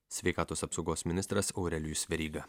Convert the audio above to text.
sveikatos apsaugos ministras aurelijus veryga